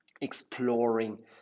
exploring